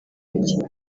rye